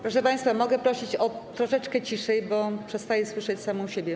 Proszę państwa, mogę prosić troszeczkę ciszej, bo przestaję słyszeć samą siebie.